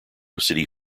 city